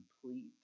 complete